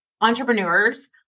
entrepreneurs